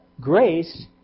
grace